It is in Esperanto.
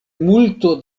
multo